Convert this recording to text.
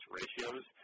ratios